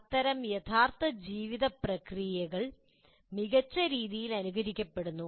അത്തരം യഥാർത്ഥ ജീവിത പ്രക്രിയകൾ മികച്ച രീതിയിൽ അനുകരിക്കപ്പെടുന്നു